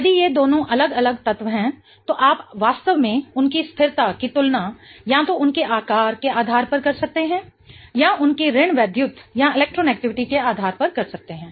यदि ये दोनों अलग अलग तत्व हैं तो आप वास्तव में उनकी स्थिरता की तुलना या तो उनके आकार के आधार पर कर सकते हैं या उनकी ऋण वैद्युत के आधार पर कर सकते हैं